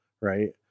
right